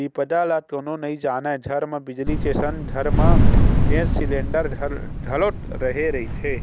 बिपदा ल कोनो नइ जानय घर म बिजली के संग घर म गेस सिलेंडर घलोक रेहे रहिथे